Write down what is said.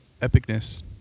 epicness